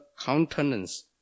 countenance